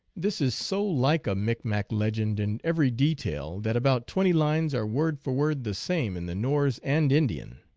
this is so like a micmac legend in every detail that about twenty lines are word for word the same in the norse and indian.